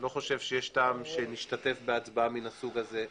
אני לא חושב שיש טעם שנשתתף בהצבעה מהסוג הזה,